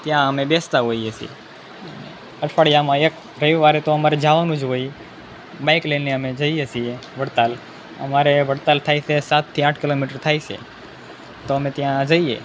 ત્યાં અમે બેસતા હોઈએ છીએ અઠવાડિયામાં એક રવિવારે તો અમારે જવાનું જ હોય બાઇક લઈને અમે જઈએ છીએ વડતાલ અમારે વડતાલ થાય છે સાતથી આઠ કિલોમીટર થાય છે તો અમે ત્યાં જઈએ